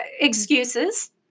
excuses